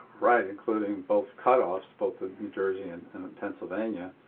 right, including both cut-offs, both in new jersey and pennsylvania.